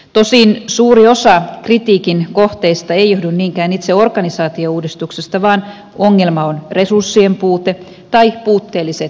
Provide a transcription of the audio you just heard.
tosin suuri osa kritiikin kohteista ei johdu niinkään itse organisaatiouudistuksesta vaan ongelma on resurssien puute tai puutteelliset toimintatavat